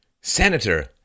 Senator